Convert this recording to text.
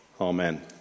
Amen